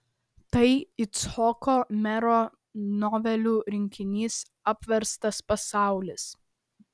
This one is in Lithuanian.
tai icchoko mero novelių rinkinys apverstas pasaulis